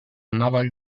naval